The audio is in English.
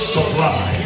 Supply